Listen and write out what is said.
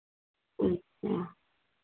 अच्छा